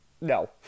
No